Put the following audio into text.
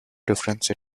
difference